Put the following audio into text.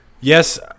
yes